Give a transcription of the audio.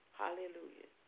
hallelujah